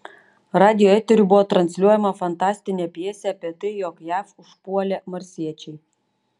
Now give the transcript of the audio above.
radijo eteriu buvo transliuojama fantastinė pjesė apie tai jog jav užpuolė marsiečiai